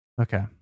Okay